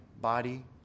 body